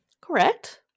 Correct